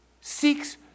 seeks